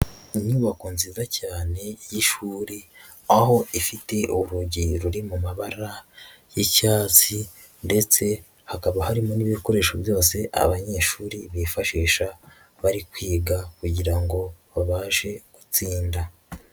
Inyubako nziza cyane y'ishuri, aho ifite urugi ruri mu mabara y'icyatsi ndetse hakaba harimo n'ibikoresho byose abanyeshuri bifashisha bari kwiga kugira ngo babashe gutsinda.